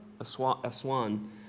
Aswan